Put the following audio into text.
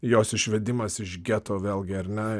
jos išvedimas iš geto vėlgi ar ne